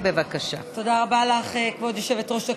תודה רבה לך, כבוד היושבת-ראש.